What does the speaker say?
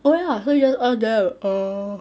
oh ya so you just earn there oh